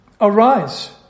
arise